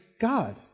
God